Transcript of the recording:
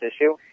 issue